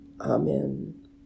Amen